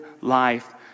life